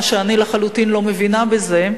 ואני לחלוטין לא מבינה בזה,